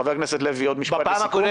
חבר הכנסת לוי, עוד משפט